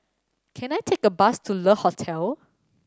can I take a bus to Le Hotel